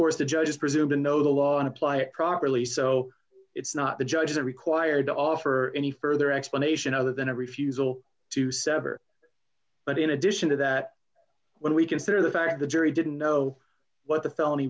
course the judges presume to know the law and apply it properly so it's not the judge that required to offer any further explanation other than a refusal to sever but in addition to that when we consider the fact the jury didn't know what